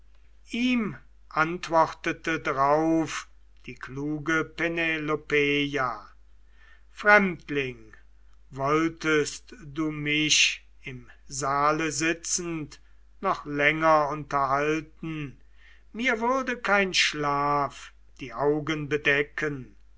ihm antwortete drauf die kluge penelopeia fremdling wolltest du mich im saale sitzend noch länger unterhalten mir würde kein schlaf die augen bedecken